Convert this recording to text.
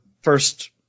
first